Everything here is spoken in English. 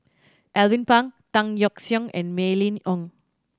Alvin Pang Tan Yeok Seong and Mylene Ong